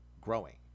growing